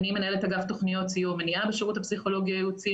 אני מנהלת אגף תכניות סיוע ומניעה בשירות הפסיכולוגי הייעוצי.